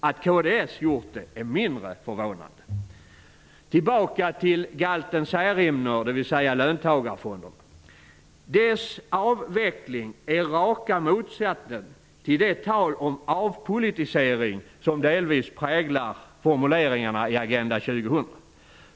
Att kds gjort det är mindre förvånande. löntagarfonderna! Deras avveckling är raka motsatsen till det tal om avpolitisering som delvis präglar formuleringarna i Agenda 2000.